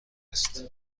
است